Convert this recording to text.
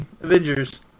Avengers